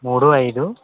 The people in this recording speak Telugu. మూడు ఐదు